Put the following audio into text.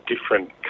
different